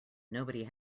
nobody